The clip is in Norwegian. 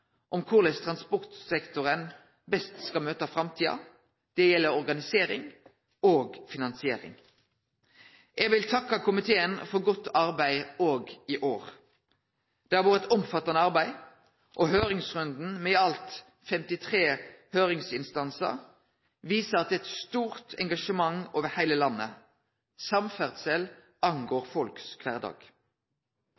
om korleis transportsektoren best skal møte framtida – det gjeld organisering og finansiering. Eg vil takke komiteen for godt arbeid i år òg. Det har vore eit omfattande arbeid, og høyringsrunden, med i alt 53 høyringsinstansar, viser at det er eit stort engasjement over heile landet. Samferdsel angår